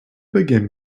begin